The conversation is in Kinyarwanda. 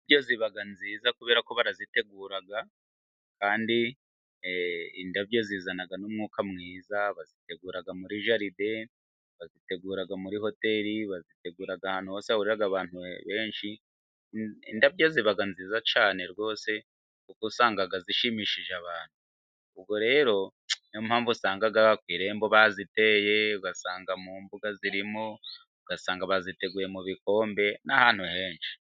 Indabyo ziba nziza kubera ko barazitegura . Kandi indabyo zizana n'umwuka mwiza, bazitegura muri jaride, bazitegura muri hoteli, bazitegura ahantu hose hahurira abantu benshi . Indabyo ziba nziza cyane rwose kuko usanga zishimishije abantu . Ubwo rero ni yo mpamvu usanga ba ku irembo baziteye ,ugasanga mu mbuga zirimo ,ugasanga baziteguye mu bikombe n'ahantu henshi.